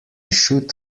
should